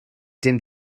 dim